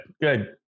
Good